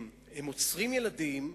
הם עוצרים ילדים,